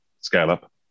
scale-up